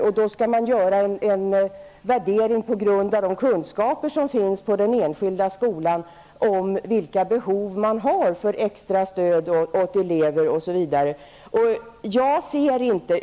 Och då skall man göra en värdering utifrån de kunskaper som finns i den enskilda skolan om vilka behov som finns av extra stöd till elever, osv.